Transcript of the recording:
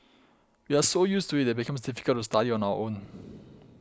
we are so used to it it becomes difficult to study on our own